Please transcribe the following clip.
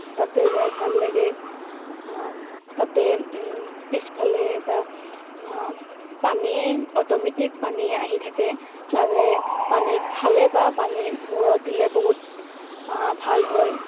তাতে যাই ভাল লাগে তাতে পিছফালে এটা পানী অট'মেটিক পানী আহি থাকে তাৰে পানী খালে বা পানী মূৰত দিলে বহুত ভাল হয়